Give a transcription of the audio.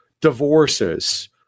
divorces